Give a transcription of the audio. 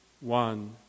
one